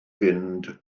fynd